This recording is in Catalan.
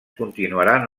continuaran